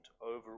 over